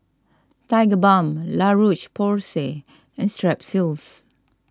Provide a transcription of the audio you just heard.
Tigerbalm La Roche Porsay and Strepsils